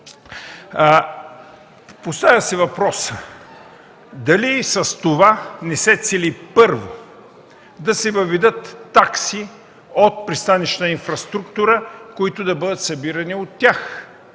поставя се въпросът: дали с това не се цели, първо – да се въведат такси от „Пристанищна инфраструктура”, които да бъдат събирани от тях?